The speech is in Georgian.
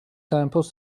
სამეფოს